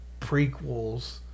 prequels